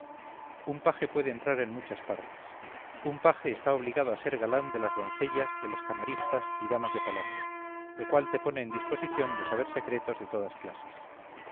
un paje puede entrar en muchas partes un paje está obligado a ser galán de las doncellas de las camaristas y damas de palacio lo cual le pone en disposición de saber secretos de todas clases